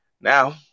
Now